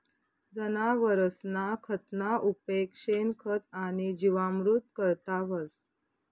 जनावरसना खतना उपेग शेणखत आणि जीवामृत करता व्हस